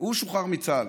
הוא שוחרר מצה"ל,